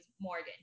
Morgan